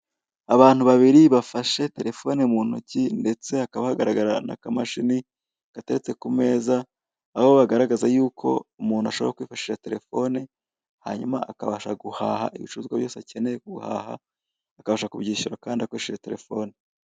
Abantu babiri bafashe terefone mu ntoki ndetse hakaba hagaragara n'akamashini gateretse ku meza, aho bagaragaza yuko umuntu ashobora kwifashisha terefone hanyuma akabasha guhaha ibicuruzwa byose akeneye guhaha akabasha kubyishyura kandi akoresheje terefone.